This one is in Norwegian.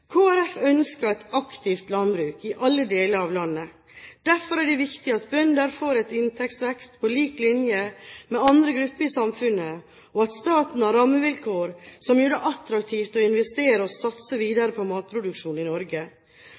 Folkeparti ønsker et aktivt landbruk i alle deler av landet. Derfor er det viktig at bønder får en inntektsvekst på lik linje med andre grupper i samfunnet, og at staten har rammevilkår som gjør det attraktivt å investere og satse videre på matproduksjon i Norge.